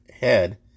head